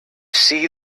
see